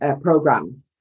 program